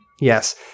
Yes